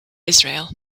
israel